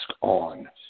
on